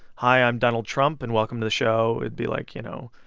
hi, i'm donald trump and welcome to the show, it'd be like, you know,